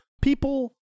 people